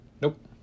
Nope